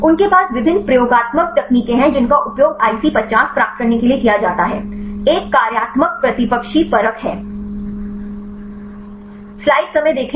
उनके पास विभिन्न प्रयोगात्मक तकनीकें हैं जिनका उपयोग IC50 प्राप्त करने के लिए किया जाता है एक कार्यात्मक प्रतिपक्षी परख है